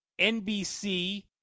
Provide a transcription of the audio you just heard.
NBC